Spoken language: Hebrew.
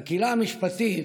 בקהילה המשפטית,